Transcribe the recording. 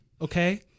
Okay